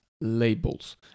labels